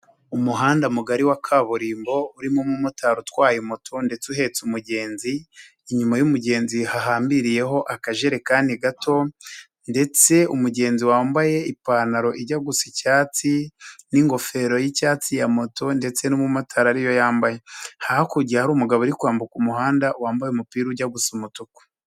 Umuhanda mugari wa kaburimbo urimo umumotari utwaye moto ndetse uhetse umugenzi, inyuma y'umugenzi hahambiriyeho akajerekani gato ndetse umugenzi wambaye ipantaro ijya gusa icyatsi n'ingofero y'icyatsi ya moto ndetse n'umumotari ariyo yambaye, hakurya hari umugabo uri kwambuka umuhanda wambaye umupira ujya gusa umutuku.